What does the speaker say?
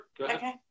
Okay